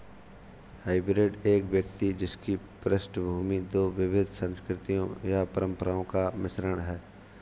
hybrid एक व्यक्ति जिसकी पृष्ठभूमि दो विविध संस्कृतियों या परंपराओं का मिश्रण है